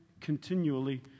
continually